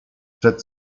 przed